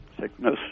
sickness